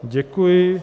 Děkuji.